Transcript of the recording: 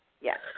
Yes